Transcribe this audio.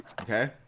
Okay